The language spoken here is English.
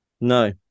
No